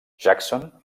jackson